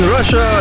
Russia